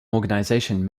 organization